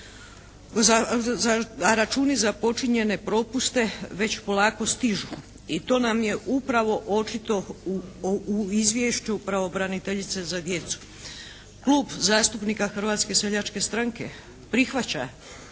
a računi za počinjenje propuste već polako stižu. I to nam je upravo očito u Izvješću pravobraniteljice za djecu. Klub zastupnika Hrvatske seljačke stranke prihvaća